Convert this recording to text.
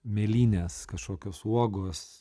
mėlynės kažkokios uogos